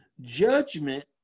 Judgment